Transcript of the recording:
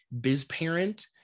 BizParent